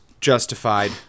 justified